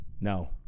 no